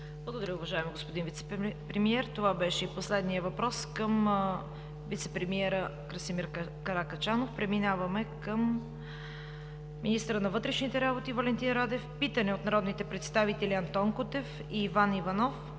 Благодаря Ви, уважаеми господин Вицепремиер. Това беше и последният въпрос към вицепремиера Красимир Каракачанов. Преминаваме към министъра на вътрешните работи Валентин Радев с питане от народните представители Антон Кутев и Иван Иванов